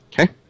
Okay